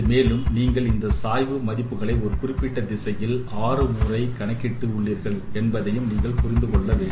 மேலும் நீங்கள் இந்த சாய்வு மதிப்புகளை ஒரு குறிப்பிட்ட திசையில் 6 முறை கணக்கிட்டு உள்ளீர்கள் என்பதையும் நீங்கள் புரிந்து கொள்ள வேண்டும்